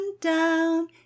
down